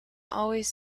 always